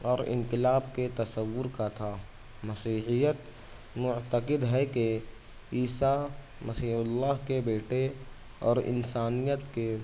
اور انقلاب کے تصور کا تھا مسیحیت معتقد ہے کہ عیسی مسیح اللہ کے بیٹے اور انسانیت کے